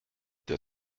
der